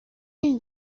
این